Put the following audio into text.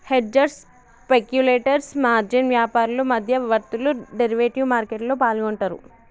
hedgers, speculators, margin వ్యాపారులు, మధ్యవర్తులు derivative మార్కెట్లో పాల్గొంటరు